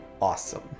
Awesome